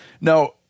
Now